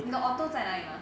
你懂 ORTO 在那里吗